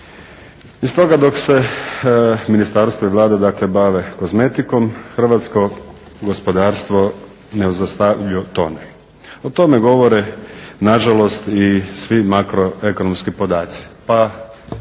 Iz toga dok se Ministarstvo i Vlada dakle bave kozmetikom hrvatsko gospodarstvo nezaustavljivo tone. O tome govore nažalost i svi makroekonomski podaci. Pa